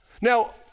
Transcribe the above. Now